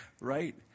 Right